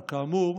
אבל כאמור,